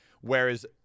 Whereas